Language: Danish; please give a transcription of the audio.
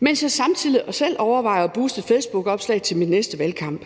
mens jeg samtidig selv overvejer at bruge et facebookopslag til min næste valgkamp.